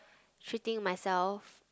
treating myself